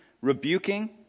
rebuking